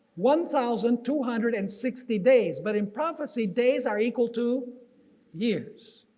one thousand two hundred and sixty days. but in prophecy days are equal to years.